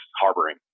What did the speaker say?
harboring